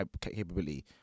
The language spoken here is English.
capability